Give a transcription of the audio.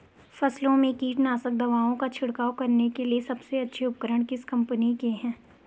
फसलों में कीटनाशक दवाओं का छिड़काव करने के लिए सबसे अच्छे उपकरण किस कंपनी के हैं?